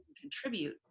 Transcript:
contribute